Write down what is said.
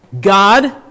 God